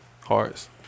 Hearts